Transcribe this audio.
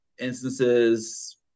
instances